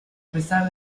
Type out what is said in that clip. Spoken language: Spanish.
pesar